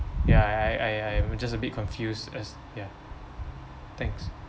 ya I I I am just a bit confused as ya thanks